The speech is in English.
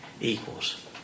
equals